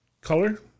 color